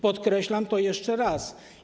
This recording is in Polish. Podkreślam to jeszcze raz.